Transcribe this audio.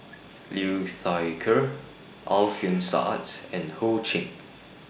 Liu Thai Ker Alfian Sa'at and Ho Ching